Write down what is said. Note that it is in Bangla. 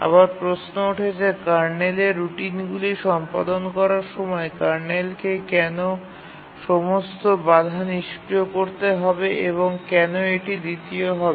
আবার প্রশ্ন ওঠে যে কার্নেলের রুটিনগুলি সম্পাদন করার সময় কার্নেলকে কেন সমস্ত বাধা নিষ্ক্রিয় করতে হবে এবং কেন এটি দ্বিতীয় হবে